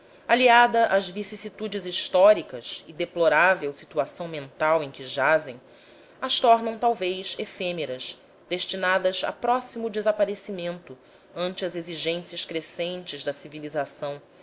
aliada às vicissitudes históricas e deplorável situação mental em que jazem as tornam talvez efêmeras destinadas a próximo desaparecimento ante as exigências crescentes da civilização